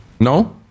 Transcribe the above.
No